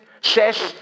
says